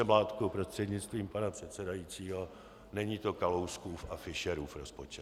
Mládku prostřednictvím pana předsedajícího, není to Kalouskův a Fischerův rozpočet.